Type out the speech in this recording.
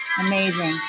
Amazing